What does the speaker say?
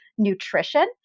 nutrition